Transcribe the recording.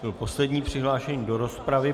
Byl poslední přihlášený do rozpravy.